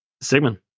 Sigmund